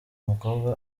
umukobwa